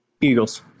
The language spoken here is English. Eagles